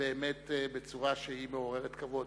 בצורה שמעוררת כבוד.